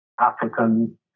African